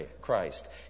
Christ